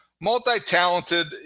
multi-talented